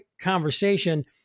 conversation